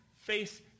face